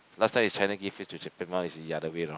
last time is China give it to Japan now is the other way round